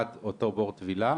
עד אותו בור טבילה.